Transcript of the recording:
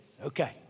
Okay